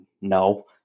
no